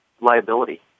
liability